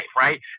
right